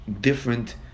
different